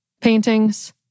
paintings